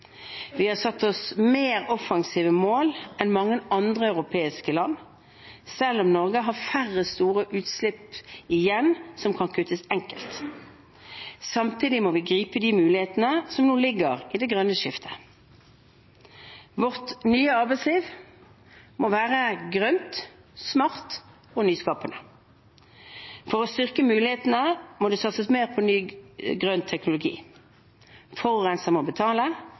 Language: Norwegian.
Vi har satt oss mer offensive mål enn mange andre europeiske land, selv om Norge har færre store utslipp igjen som kan kuttes enkelt. Samtidig må vi gripe de mulighetene som nå ligger i det grønne skiftet. Vårt nye arbeidsliv må være grønt, smart og nyskapende. For å styrke mulighetene må det satses mer på ny grønn teknologi, forurenser må betale,